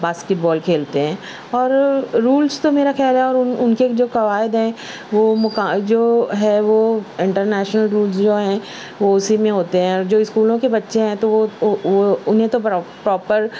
basket بال کھیلتے ہیں اور رولس تو میرا خیال ہے اور ان کے جو قواعد ہیں وہ جو ہے وہ انٹرنیشنل رولز جو ہیں وہ اسی میں ہوتے ہیں جو اسکولوں کے بچے ہیں تو وہ انہیں تو پروپر